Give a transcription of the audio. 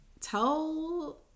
Tell